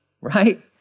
right